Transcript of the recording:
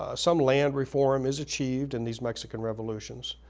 ah some land reform is achieved in these mexican revolutions.